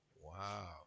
Wow